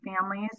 families